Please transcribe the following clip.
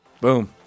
boom